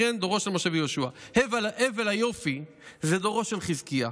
ויהושע, והבל היופי זה דורו של חזקיה,